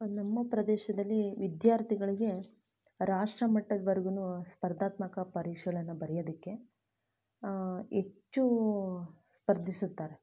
ನಮ್ಮ ಪ್ರದೇಶದಲ್ಲಿ ವಿದ್ಯಾರ್ಥಿಗಳಿಗೆ ರಾಷ್ಟ್ರಮಟ್ಟದ್ವರ್ಗು ಸ್ಪರ್ಧಾತ್ಮಕ ಪರೀಕ್ಷೆಗಳ್ನ ಬರ್ಯೋದಕ್ಕೆ ಹೆಚ್ಚು ಸ್ಪರ್ಧಿಸುತ್ತಾರೆ